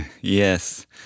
yes